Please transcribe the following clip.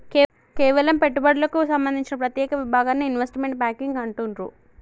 కేవలం పెట్టుబడులకు సంబంధించిన ప్రత్యేక విభాగాన్ని ఇన్వెస్ట్మెంట్ బ్యేంకింగ్ అంటుండ్రు